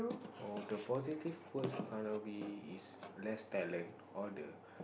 oh the positive first is less talent all the